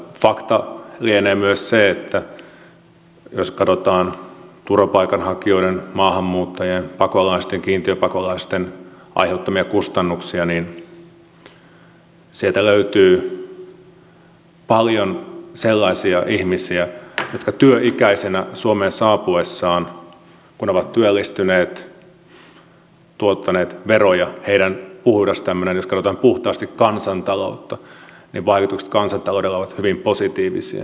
fakta lienee myös se että jos katsotaan turvapaikanhakijoiden maahanmuuttajien pakolaisten kiintiöpakolaisten aiheuttamia kustannuksia niin sieltä löytyy paljon sellaisia ihmisiä jotka ovat työikäisinä suomeen saapuneet ja kun ovat työllistyneet tuottaneet veroja heidän tämmöiset puhtaat jos katsotaan puhtaasti kansantaloutta vaikutuksensa kansantaloudelle ovat hyvin positiivisia